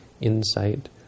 insight